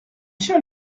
chère